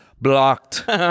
Blocked